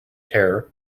terror